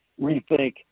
rethink